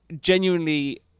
genuinely